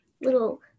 little